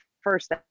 first